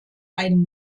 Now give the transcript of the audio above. einen